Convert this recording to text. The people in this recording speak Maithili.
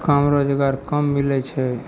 काम रोजगार कम मिलय छै